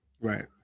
Right